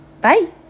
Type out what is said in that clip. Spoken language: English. bye